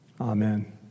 Amen